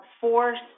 force